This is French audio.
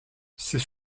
c’est